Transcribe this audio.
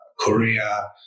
Korea